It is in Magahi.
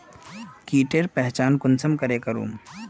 कीटेर पहचान कुंसम करे करूम?